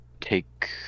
take